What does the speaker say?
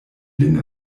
lin